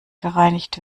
gereinigt